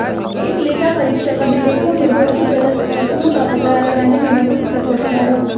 एक लेखापरीक्षक अभिलेखों में भौतिक गलत कथनों का पता लगाने में मदद कर सकता है